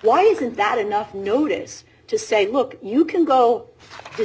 why isn't that enough notice to say look you can go to